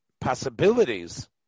possibilities